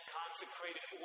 consecrated